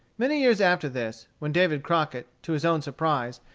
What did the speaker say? many years after this, when david crockett, to his own surprise,